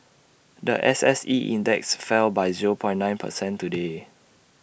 The S S E index fell by zero point nine per cent today